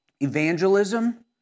Evangelism